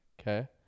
Okay